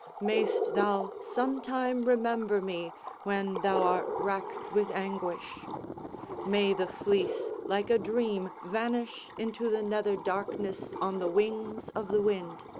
mayst thou some time remember me when thou art racked with anguish may the fleece like a dream vanish into the nether darkness on the wings of the wind!